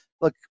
look